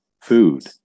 food